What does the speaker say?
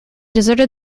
deserted